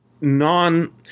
non